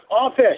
office